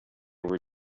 were